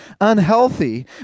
unhealthy